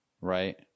right